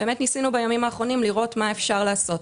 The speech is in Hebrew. ניסינו בימים האחרונים לראות מה אפשר לעשות.